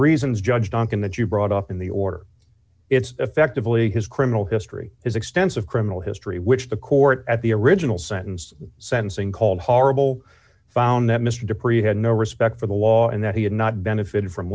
reasons judged on can that you brought up in the order it's effectively his criminal history his extensive criminal history which the court at the original sentence sentencing called horrible found that mr dupree had no respect for the law and that he had not benefited from